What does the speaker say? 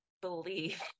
believe